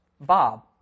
Bob